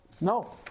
No